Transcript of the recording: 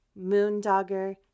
Moondogger